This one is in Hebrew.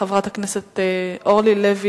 חברת הכנסת אורלי לוי